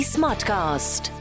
Smartcast